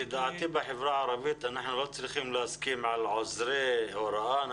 לדעתי בחברה הערבית אנחנו לא צריכים להסכים על עוזרי הוראה אלא